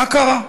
מה קרה?